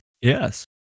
yes